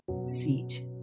seat